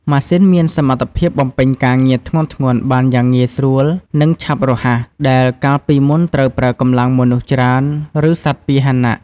ម៉ាស៊ីនមានសមត្ថភាពបំពេញការងារធ្ងន់ៗបានយ៉ាងងាយស្រួល និងឆាប់រហ័ស ដែលកាលពីមុនត្រូវប្រើកម្លាំងមនុស្សច្រើន ឬសត្វពាហនៈ។